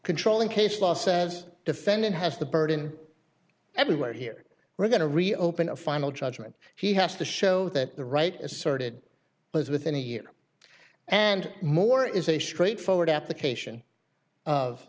controlling case law says defendant has the burden everywhere here we're going to reopen a final judgment he has to show that the right is sorted but within a year and more is a straightforward application of